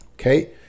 Okay